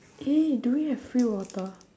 eh do we have free water